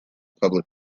public